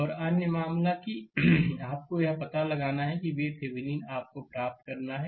और अन्य मामला कि आपको यह पता लगाना है कि यह VThevenin आपको प्राप्त करना है